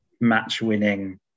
match-winning